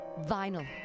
vinyl